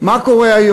לא זוכר.